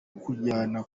kujyanwa